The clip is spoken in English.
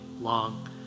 long